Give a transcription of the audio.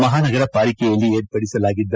ಮಹಾನಗರಪಾಲಿಕೆಯಲ್ಲಿ ಏರ್ಪಡಿಸಲಾಗಿದ್ದ